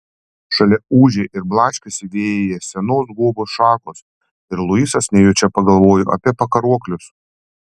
šalia ūžė ir blaškėsi vėjyje senos guobos šakos ir luisas nejučia pagalvojo apie pakaruoklius